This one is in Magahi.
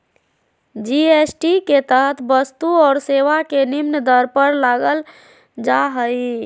जी.एस.टी के तहत वस्तु और सेवा के निम्न दर पर लगल जा हइ